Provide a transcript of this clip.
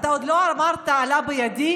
עוד לא אמרת: עלה בידי,